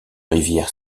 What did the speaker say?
rivière